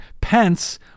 Pence